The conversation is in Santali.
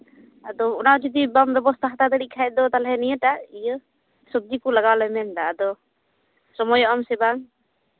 ᱟᱫᱚ ᱚᱱᱟ ᱡᱩᱫᱤ ᱵᱟᱢ ᱵᱮᱵᱚᱥᱛᱷᱟ ᱦᱟᱛᱟᱣ ᱫᱟᱲᱮᱜ ᱠᱷᱟᱡ ᱫᱚ ᱛᱟᱦᱚᱞᱮ ᱱᱤᱭᱟᱹᱴᱟᱜ ᱤᱭᱟᱹ ᱥᱚᱵᱡᱤ ᱠᱚ ᱞᱟᱜᱟᱣᱞᱮ ᱢᱮᱱᱫᱟ ᱟᱫᱚ ᱥᱚᱢᱚᱭᱚᱜ ᱟᱢ ᱥᱮ ᱵᱟᱝ